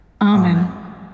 Amen